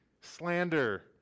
slander